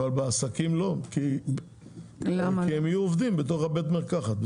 אבל לא בעסקים כי בסופו של דבר הם יהיו עובדים בתוך בית המרקחת.